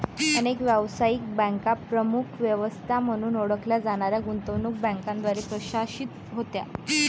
अनेक व्यावसायिक बँका प्रमुख व्यवस्था म्हणून ओळखल्या जाणाऱ्या गुंतवणूक बँकांद्वारे प्रशासित होत्या